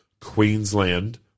Queensland